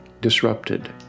disrupted